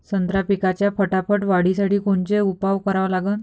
संत्रा पिकाच्या फटाफट वाढीसाठी कोनचे उपाव करा लागन?